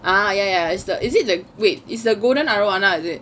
ah ya ya is the is it the wait is the golden arowana is it